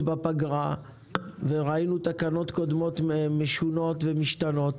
וראינו תקנות קודמות משונות ומשתנות.